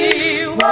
you